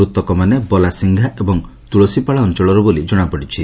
ମୂତକମାନେ ବଲାସିଂହା ଏବଂ ତୁଳସୀପାଳ ଅଞଳର ବୋଲି ଜଶାପଡ଼ିଛି